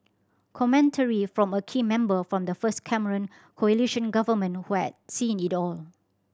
commentary from a key member from the first Cameron coalition government who had seen it all